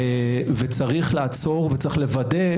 וצריך לעצור ולוודא,